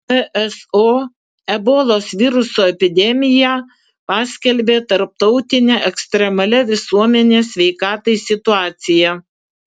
pso ebolos viruso epidemiją paskelbė tarptautine ekstremalia visuomenės sveikatai situacija